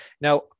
Now